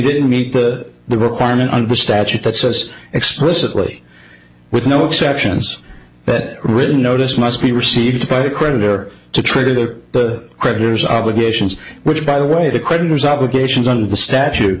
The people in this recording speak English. didn't meet the the requirement under statute that says explicitly with no exceptions better written notice must be received by the creditor to trigger the creditors obligations which by the way the creditors obligations under the statu